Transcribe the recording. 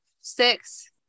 six